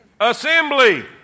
assembly